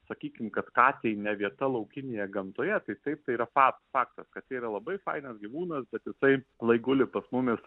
sakykim kad katei ne vieta laukinėje gamtoje tai taip tai yra fak faktas kad tai yra labai fainas gyvūnas bet jisai lai guli pas su mumis